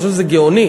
אני חושב שזה גאוני,